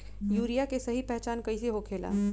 Urea के सही पहचान कईसे होखेला?